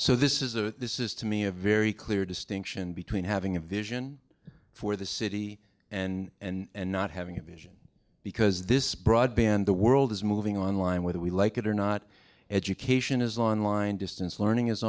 so this is a this is to me a very clear distinction between having a vision for the city and not having a vision because this broadband the world is moving online whether we like it or not education is online distance learning is